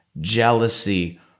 jealousy